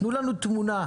תנו לנו תמונה,